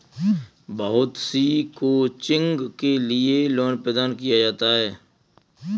बहुत सी कोचिंग के लिये लोन प्रदान किया जाता है